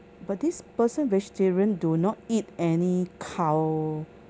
but this person vegetarian do not eat any cow